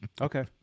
Okay